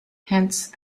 hence